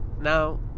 Now